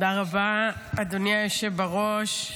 תודה רבה, אדוני היושב בראש.